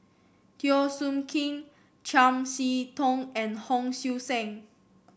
Teo Soon Kim Chiam See Tong and Hon Sui Sen